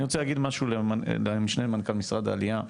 אני רוצה להגיד משהו להגיד משהו למשנה למנכ"ל משרד העלייה,